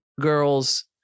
girls